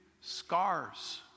Scars